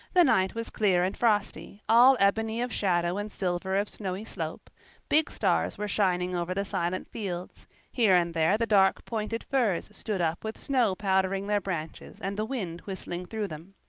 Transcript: the night was clear and frosty, all ebony of shadow and silver of snowy slope big stars were shining over the silent fields here and there the dark pointed firs stood up with snow powdering their branches and the wind whistling through them.